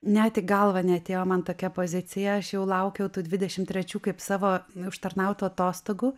net į galvą neatėjo man tokia pozicija aš jau laukiau tų dvidešim trečių kaip savo užtarnautų atostogų